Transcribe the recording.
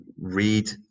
read